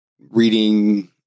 reading